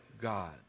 God